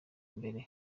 mbere